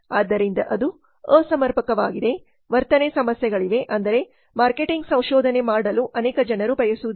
ಆದ್ದರಿಂದ ಅದು ಅಸಮರ್ಪಕವಾಗಿದೆ ವರ್ತನೆ ಸಮಸ್ಯೆಗಳಿವೆ ಅಂದರೆ ಮಾರ್ಕೆಟಿಂಗ್ ಸಂಶೋಧನೆ ಮಾಡಲು ಅನೇಕ ಜನರು ಬಯಸುವುದಿಲ್ಲ